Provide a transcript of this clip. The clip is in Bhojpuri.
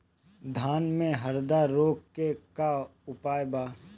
धान में हरदा रोग के का उपाय बा?